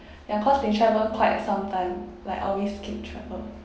ya cause they travel quite some time like always keep travel